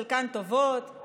חלקן טובות,